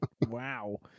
wow